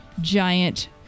giant